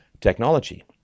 technology